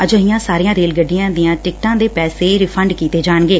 ਅਜਿਹੀਆਂ ਸਾਰੀਆਂ ਰੇਲ ਗੱਡੀਆਂ ਦੀਆਂ ਟਿਕਟਾਂ ਦੇ ਪੈਸੇ ਵਾਪਸ ਕੀਤੇ ਜਾਣਗੇ